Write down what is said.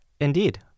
Indeed